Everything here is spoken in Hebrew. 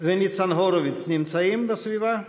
וניצן הורוביץ נמצאים בסביבה?